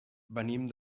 venim